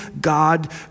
God